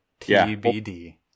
tbd